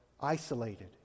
isolated